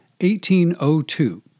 1802